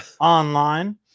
online